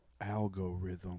algorithm